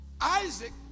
Isaac